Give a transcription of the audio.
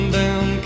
down